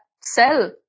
cell